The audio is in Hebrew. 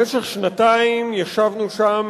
במשך שנתיים ישבנו שם,